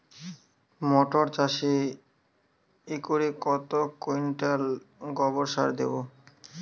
মটর চাষে একরে কত কুইন্টাল গোবরসার দেবো?